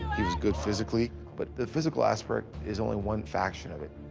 he's good physically, but the physical aspect is only one fraction of it.